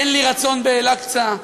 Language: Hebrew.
אין לי רצון באל-אקצא.